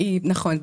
נכון,